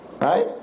Right